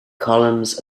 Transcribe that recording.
columns